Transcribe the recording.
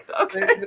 Okay